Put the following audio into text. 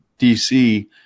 DC